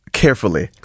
carefully